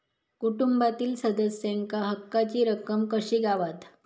कुटुंबातील सदस्यांका हक्काची रक्कम कशी गावात?